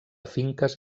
finques